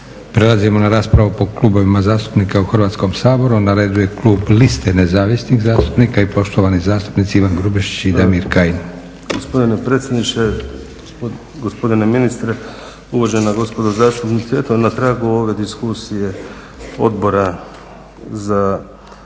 Prelazimo na raspravu po klubovima zastupnika u Hrvatskom saboru. Na redu je klub Liste nezavisnih zastupnika i poštovani zastupnici Ivan Grubišić i Damir Kajin. **Kajin, Damir (ID - DI)** Gospodine predsjedniče, gospodine ministre, uvažena gospodo zastupnici. Eto na tragu ove diskusije Odbora za